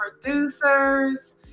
producers